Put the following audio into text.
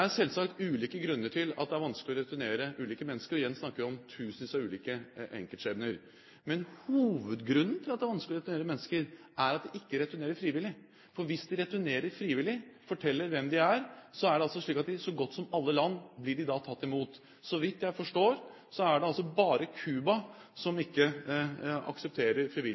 er selvsagt ulike grunner til at det er vanskelig å returnere ulike mennesker, igjen snakker vi om tusenvis ulike enkeltskjebner. Men hovedgrunnen til at det er vanskelig å returnere mennesker, er at de ikke returnerer frivillig. Hvis de returnerer frivillig, forteller hvem de er, så blir de i så godt som alle land tatt imot. Så vidt jeg forstår, er det bare Cuba som ikke aksepterer